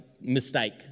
mistake